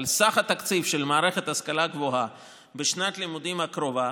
סך התקציב של מערכת ההשכלה הגבוהה בשנת הלימודים הקרובה